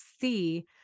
see